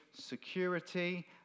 security